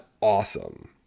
awesome